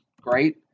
great